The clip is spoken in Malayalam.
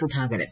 സുധാകരൻ